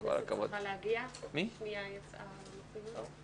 ההשכלה הטכנולוגית לקראת פתיחת שנת הלימודים בעוד כחודש.